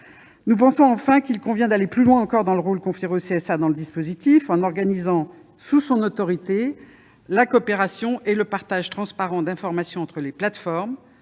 Nous pensons enfin qu'il convient d'aller plus loin encore dans le rôle conféré au CSA dans le dispositif. En organisant sous son autorité la coopération et le partage transparent d'informations entre les plateformes,